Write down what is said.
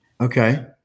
Okay